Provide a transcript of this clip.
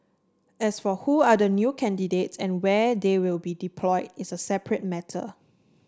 as for who are the new candidates and where they will be deployed is a separate matter